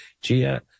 Gia